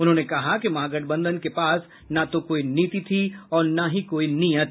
उन्होंने कहा कि महागठबंधन के पास न तो कोई नीति थी और न ही कोई नीयत